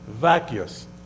vacuous